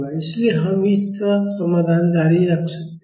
इसलिए हम इस तरह समाधान जारी रख सकते हैं